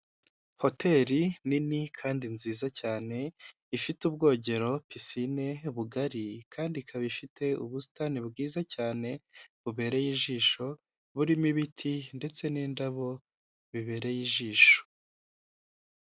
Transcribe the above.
Hoteri nini kandi nziza cyane, ifite ubwogero pisine bugari, kandi ikaba ifite ubusitani bwiza cyane bubereye ijisho burimo ibiti ndetse n'indabo bibereye ijisho.